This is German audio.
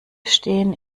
stehen